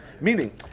Meaning